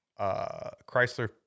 Chrysler